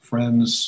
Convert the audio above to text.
Friends